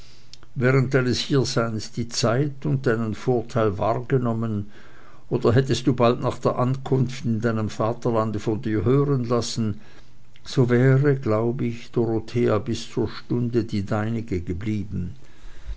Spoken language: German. während deines hierseins die zeit und deinen vorteil wahrgenommen oder hättest du bald nach der ankunft in deinem vaterlande von dir hören lassen so wäre glaub ich dorothea bis zur stunde die deinige geblieben